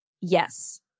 yes